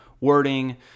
wording